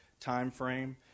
timeframe